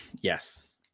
Yes